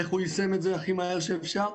איך הוא יישם את זה הכי מהר שאפשר,